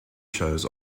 shows